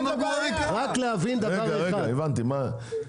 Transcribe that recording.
אם אני מבין נכון,